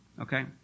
Okay